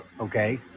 Okay